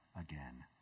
again